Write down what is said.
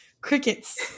crickets